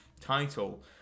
title